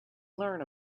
learn